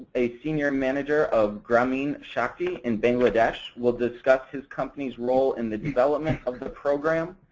a senior manager of grameen shakti in bangladesh will discuss his company's role in the development of the program,